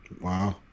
Wow